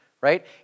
right